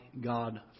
God